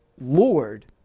Lord